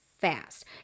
fast